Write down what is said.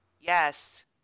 yes